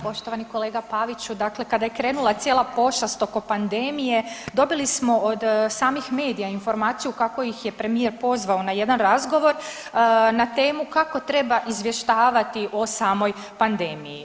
Poštovani kolega Paviću, dakle kada je krenula cijela pošast oko pandemije dobili smo od samih medija informaciju kako ih je premijer pozvao na jedan razgovor na temu kako treba izvještavati o samoj pandemiji.